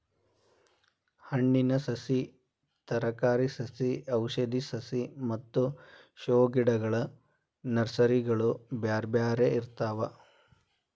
ಹಣ್ಣಿನ ಸಸಿ, ತರಕಾರಿ ಸಸಿ ಔಷಧಿ ಸಸಿ ಮತ್ತ ಶೋ ಗಿಡಗಳ ನರ್ಸರಿಗಳು ಬ್ಯಾರ್ಬ್ಯಾರೇ ಇರ್ತಾವ